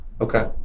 Okay